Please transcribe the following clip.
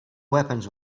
weapons